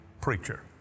preacher